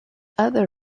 other